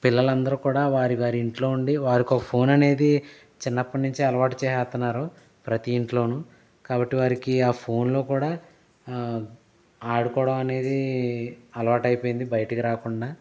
పిల్లలందరూ కూడా వారి వారి ఇంట్లో ఉండి వారికోకో ఫోన్ అనేది చిన్నప్పట్నించే అలవాటు చేసేస్తున్నారు ప్రతి ఇంట్లోనూ కాబట్టి వారికి ఆ ఫోన్ లో కూడా ఆడుకోవడం అనేది అలవాటైపోయింది బయటికి రాకుండా